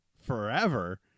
forever